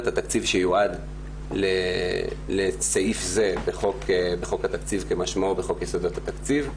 התקציב שיועד לסעיף זה בחוק התקציב כמשמעו בחוק יסודות התקציב.